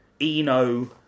Eno